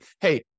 hey